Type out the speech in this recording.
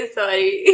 sorry